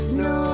no